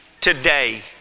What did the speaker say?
today